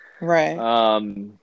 right